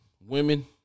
Women